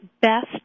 best